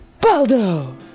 Baldo